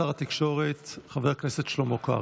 שר התקשורת חבר הכנסת שלמה קרעי.